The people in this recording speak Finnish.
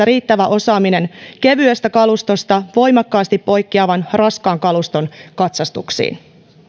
riittävä osaaminen kevyestä kalustosta voimakkaasti poikkeavan raskaan kaluston katsastuksiin